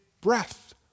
breath